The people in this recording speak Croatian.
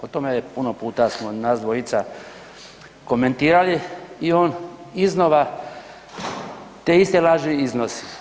O tome puno puta smo nas dvojica komentirali i on iznova te isti laži iznosi.